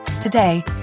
Today